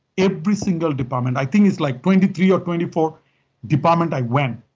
every single department i think it's like twenty three or twenty four department i went.